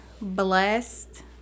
blessed